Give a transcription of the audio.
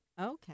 Okay